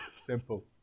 Simple